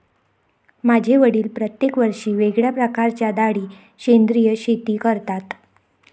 माझे वडील प्रत्येक वर्षी वेगळ्या प्रकारच्या डाळी सेंद्रिय शेती करतात